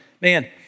Man